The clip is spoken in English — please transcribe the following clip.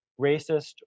racist